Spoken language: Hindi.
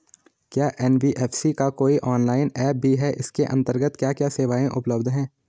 क्या एन.बी.एफ.सी का कोई ऑनलाइन ऐप भी है इसके अन्तर्गत क्या क्या सेवाएँ उपलब्ध हैं?